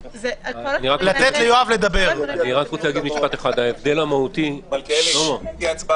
עתיד-תל"ם): ההבדל המהותי שפה